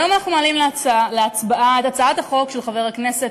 היום אנחנו מעלים להצבעה את הצעת החוק של חבר הכנסת